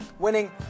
winning